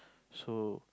so